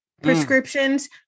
prescriptions